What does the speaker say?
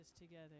together